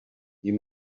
you